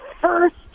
first